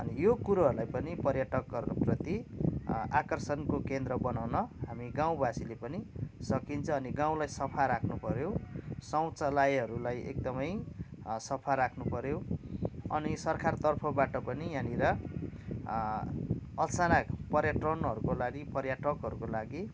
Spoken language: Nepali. यो कुरोहरूलाई पनि पर्यटकहरूको प्रति आकर्षणको केन्द्र बनाउन हामी गाउँवासीले पनि सकिन्छ अनि गाउँलाई सफा राख्नु पऱ्यो शौचालयहरूलाई एक्दमै सफा राख्नु पऱ्यो अनि सरकारतर्फबाट पनि यहाँनिर अचानक पर्यटनहरूको लागि पर्यटकहरको लागि